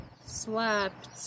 slapped